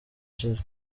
ishize